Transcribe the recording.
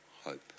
hope